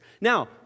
Now